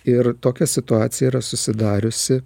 ir tokia situacija yra susidariusi